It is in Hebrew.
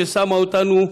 ששמה אותנו,